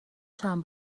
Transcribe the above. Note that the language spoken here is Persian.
چند